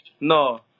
No